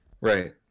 Right